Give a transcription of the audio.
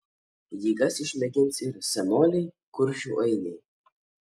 jėgas išmėgins ir senoliai kuršių ainiai